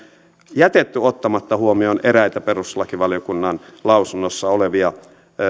jätetty ottamatta huomioon eräitä perustuslakivaliokunnan lausunnossa olevia